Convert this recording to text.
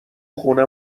خونه